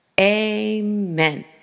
Amen